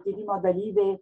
tyrimo dalyviai